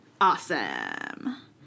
Awesome